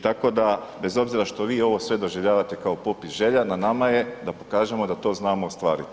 Tako da, bez obzira što vi ovo sve doživljavate kao popis želja, na nama je da pokažemo da to znamo ostvariti.